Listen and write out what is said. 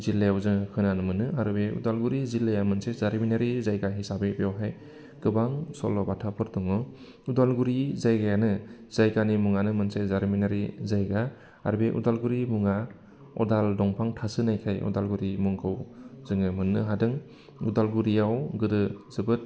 जिल्लायाव जोङो खोनानो मोनो आरो बे उदालगुरि जिल्लाया मोनसे जारिमिनारि जायगा हिसाबै बेवहाय गोबां सल' बाथाफोर दङ उदालगुरि जायगायानो जायगानि मुङानो मोनसे जारिमिनारि जायगा आरो बे उदालुरि मुङा अदाल दंफां थासोनायखाय उदालगुरि मुंखौ जोङो मोननो हादों उदालगुरियाव गोदो जोबोद